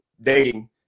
dating